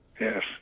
Yes